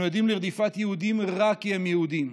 אנחנו עדים לרדיפת יהודים רק כי הם יהודים.